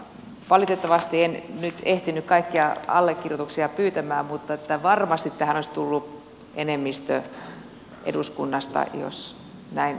valitettavasti en nyt ehtinyt kaikkia allekirjoituksia pyytämään mutta varmasti tähän olisi tullut enemmistö eduskunnasta jos näin olisi tapahtunut